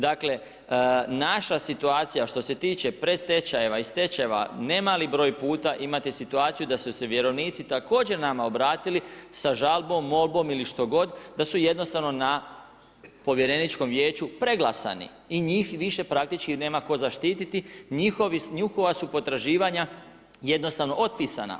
Dakle, naša situacija što se tiče predstečajeva i stečajeva, ne mali broj puta imate situaciju da su se vjerovnici također nama obratili sa žalbom, molbom ili što god, da su jednostavno na povjereničkom vijeću preglasani i njih više praktički nema tko zaštiti, njihova su potraživanja jednostavno otpisana.